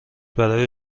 برای